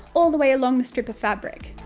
all the way along the strip of fabric.